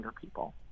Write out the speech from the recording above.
people